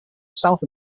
south